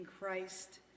Christ